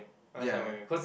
ya